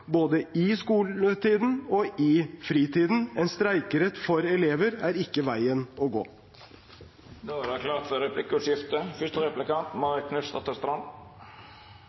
både i skoletiden og i fritiden. En streikerett for elever er ikke veien å